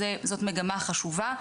שזאת מגמה חשובה,